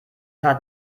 fahrt